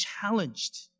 challenged